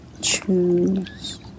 choose